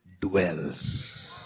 dwells